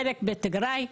חלק בטיגריי.